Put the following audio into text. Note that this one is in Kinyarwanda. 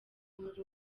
muri